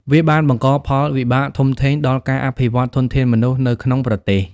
វាបានបង្កផលវិបាកធំធេងដល់ការអភិវឌ្ឍន៍ធនធានមនុស្សនៅក្នុងប្រទេស។